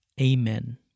Amen